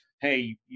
hey